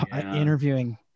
interviewing